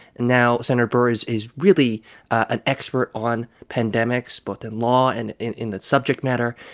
now, sen. burr is is really an expert on pandemics both in law and in the subject matter.